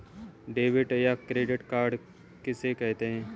Debit या credit card किसे कहते हैं?